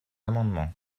amendement